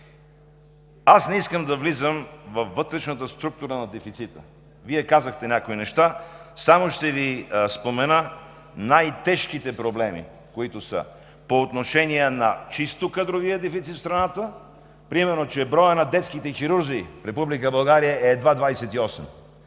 Не искам да влизам във вътрешната структура на дефицита – Вие казахте някои неща, аз само ще спомена най-тежките проблеми по отношение на чисто кадровия дефицит в страната. Примерно броят на детските хирурзи в Република